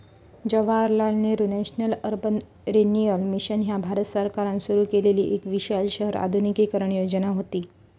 Jawaharlal Nehru national urban renewal mission ह्या भारत सरकारान सुरू केलेली एक विशाल शहर आधुनिकीकरण योजना व्हती